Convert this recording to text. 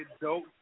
dope